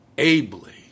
ably